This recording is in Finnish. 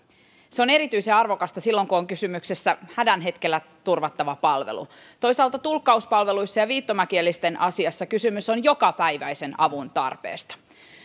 se on erityisen arvokasta silloin kun on kysymyksessä hädän hetkellä turvattava palvelu toisaalta tulkkauspalveluissa ja viittomakielisten asiassa kysymys on jokapäiväisen avun tarpeesta